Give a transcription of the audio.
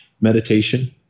meditation